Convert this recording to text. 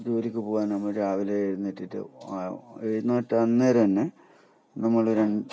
ജോലിക്ക് പോകാനാകുമ്പം രാവിലെ എഴുന്നേറ്റിട്ട് എഴുന്നേറ്റ അന്നേരം തന്നെ നമ്മൾ രൺ